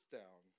down